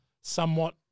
somewhat